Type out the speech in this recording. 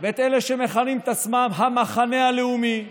ואת אלה שמכנים את עצמם המחנה הלאומי,